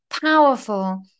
powerful